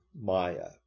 maya